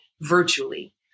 virtually